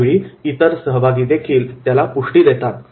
त्यावेळी इतर सहभागी देखील त्याला पुष्टी देतात